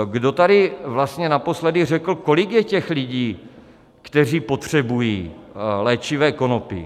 Kdo tady vlastně naposledy řekl, kolik je lidí, kteří potřebují léčivé konopí?